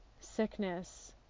sickness